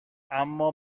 اما